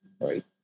right